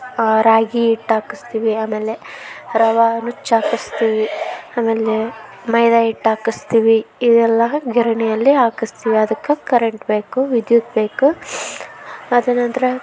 ರಾಗಿ ಹಿಟ್ ಹಾಕಸ್ತಿವಿ ಆಮೇಲೆ ರವೆ ನುಚ್ಚು ಹಾಕಸ್ತಿವಿ ಆಮೇಲೆ ಮೈದಾ ಹಿಟ್ ಹಾಕಸ್ತಿವಿ ಇವೆಲ್ಲ ಗಿರಣಿಯಲ್ಲಿ ಹಾಕಸ್ತಿವಿ ಅದಕ್ಕೆ ಕರೆಂಟ್ ಬೇಕು ವಿದ್ಯುತ್ ಬೇಕು ಅದರ ನಂತರ